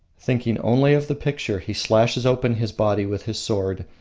thinking only of the picture, he slashes open his body with his sword,